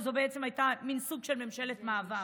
שהן בעצם היו סוג של ממשלת מעבר,